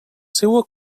seua